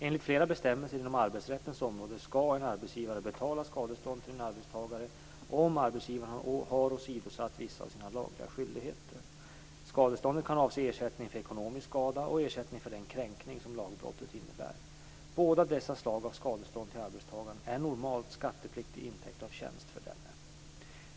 Enligt flera bestämmelser inom arbetsrättens område skall en arbetsgivare betala skadestånd till en arbetstagare om arbetsgivaren har åsidosatt vissa av sina lagliga skyldigheter. Skadeståndet kan avse ersättning för ekonomisk skada och ersättning för den kränkning som lagbrottet innebär. Båda dessa slag av skadestånd till arbetstagaren är normalt skattepliktig intäkt av tjänst för denne.